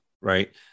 right